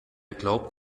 glaubt